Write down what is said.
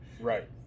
right